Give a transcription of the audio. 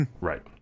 Right